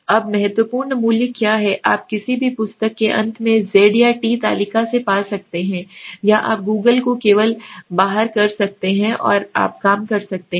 अब महत्वपूर्ण मूल्य कुछ है आप किसी भी पुस्तक के अंत में z या t तालिका से पा सकते हैं या आप Google को केवल बाहर कर सकते हैं और आप कर सकते हैं